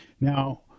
Now